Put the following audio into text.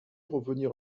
revenir